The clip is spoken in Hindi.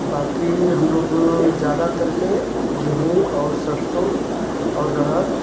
बाकी हम लोग ज़्यादातर के गेहूँ और सरसो और अरहर